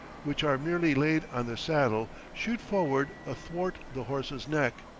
which are merely laid on the saddle, shoot forward athwart the horse's neck,